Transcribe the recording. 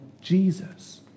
Jesus